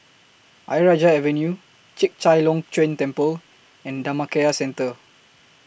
Ayer Rajah Avenue Chek Chai Long Chuen Temple and Dhammakaya Centre